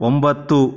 ಒಂಬತ್ತು